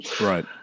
Right